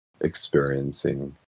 experiencing